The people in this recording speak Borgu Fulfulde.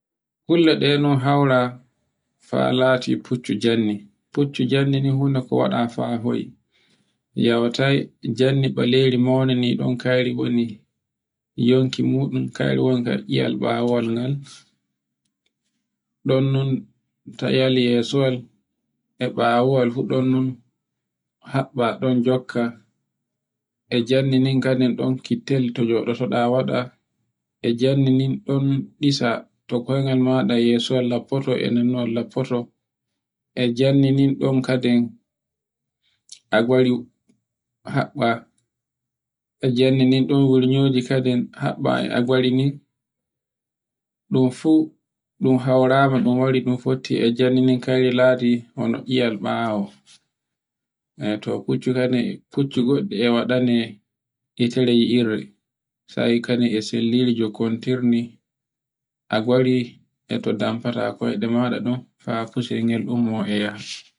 Kulla ɗe no haura fa lati fuccu janne. Fuccu janne ne funa ko waɗa fa hoy, yawtai janne ɓareri maune ni ɗo kayri woni, e yonki muɗum kayri woni eyyel ɓawol ngal, ɗon non to yale yesuwal, e ɓawuwol fuɗol non, haɓɓa ɗon jokka, e janne no kadin ɗon toe kattel to joɗota waɗa, e jannde nden, e ɗin ɗisa to koyngal maɗa yesuwal loppoto e nanowal lappoto, e janneno ɗin kadin a gwaru haɓɓa, e janninin ɗo wuri wunnoji. ɗun fu ɗun haurama ɗun wari ɗun fotti e janngine kayri ladi hono ciyal ɓawo. e to fuccu goɗɗi e waɗane hitere yi'irede sai kadin e sillire jokkontirni a gwari e to damfata koyɗe maɗa ha kusel ngel ummo e yaha.